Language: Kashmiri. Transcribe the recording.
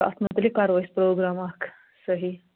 اَتھ متعلِق کَرو أسۍ پروگرام اَکھ صحیح